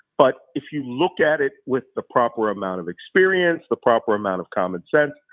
but if you looked at it with the proper amount of experience, the proper amount of common sense,